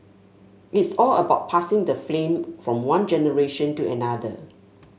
it is all about passing the flame from one generation to another